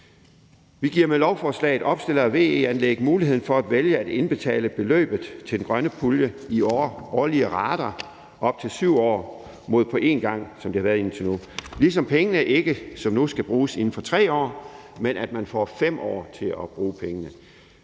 Vi giver med lovforslaget opstillere af VE-anlæg mulighed for at vælge at indbetale beløbet til den grønne pulje i årlige rater i op til 7 år mod på én gang, som det har været indtil nu, ligesom at pengene ikke som nu skal bruges inden for 3 år, men at man får 5 år til at bruge pengene.